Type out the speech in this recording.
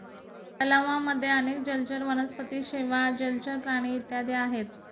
तलावांमध्ये अनेक जलचर वनस्पती, शेवाळ, जलचर प्राणी इत्यादी आहेत